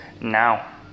now